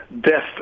death